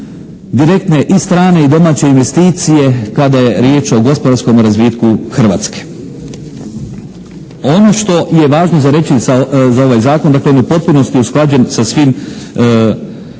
direktne i strane i domaće investicije kada je riječ o gospodarskom razvitku Hrvatske. Ono što je važno za reći za ovaj zakon, dakle on je u potpunosti usklađen sa svim